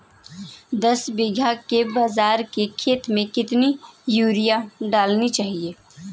दस बीघा के बाजरे के खेत में कितनी यूरिया डालनी चाहिए?